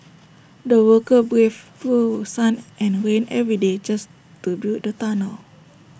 the workers braved through sun and rain every day just to build the tunnel